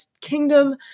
Kingdom